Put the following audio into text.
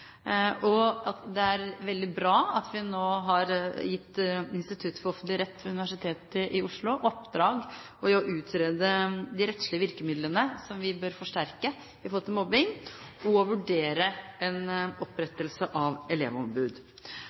og at det er veldig bra at vi nå har gitt Institutt for offentlig rett ved Universitetet i Oslo i oppdrag å utrede de rettslige virkemidlene som vi bør forsterke i forhold til mobbing, og vurdere opprettelse av et elevombud.